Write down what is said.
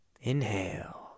Inhale